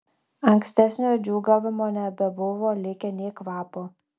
ankstesnio džiūgavimo nebebuvo likę nė kvapo